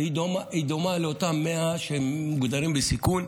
היא דומה לאותם 100 שמוגדרים בסיכון,